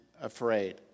afraid